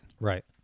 right